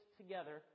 together